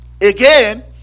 Again